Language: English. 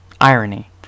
Irony